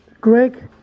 Greg